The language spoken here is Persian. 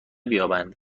بیابند